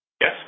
Yes